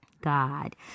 God